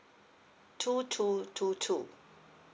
two two two two